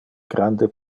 grande